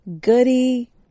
Goody